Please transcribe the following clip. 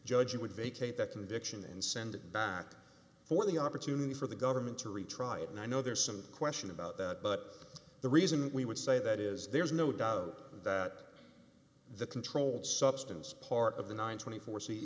judge would vacate that conviction and send it back for the opportunity for the government to retry it and i know there's some question about that but the reason we would say that is there is no doubt that the controlled substance part of the nine